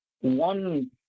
One